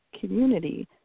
community